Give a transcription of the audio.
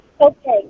Okay